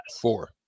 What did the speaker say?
Four